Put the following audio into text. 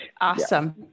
Awesome